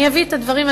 אני אביא את הדברים.